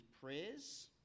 prayers